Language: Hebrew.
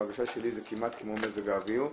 ההרגשה שלי שזה כמעט כמו מזג האוויר,